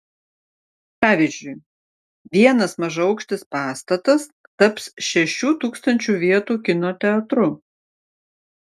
pavyzdžiui vienas mažaaukštis pastatas taps šešių tūkstančių vietų kino teatru